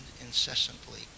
incessantly